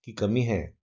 की कमी है